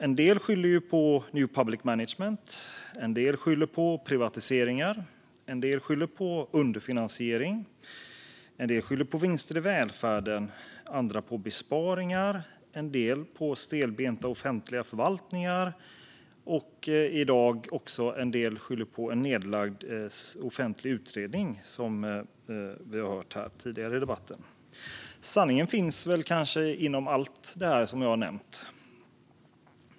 En del skyller på new public management, en del skyller på privatiseringar, en del skyller på underfinansiering, en del skyller på vinster i välfärden, en del skyller på besparingar och en del skyller på stelbenta offentliga förvaltningar. I dag skyller en del också på en nedlagd offentlig utredning, vilket vi har hört tidigare i den här debatten. Sanningen finns kanske inom allt det som jag nyss nämnt.